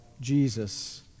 Jesus